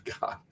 God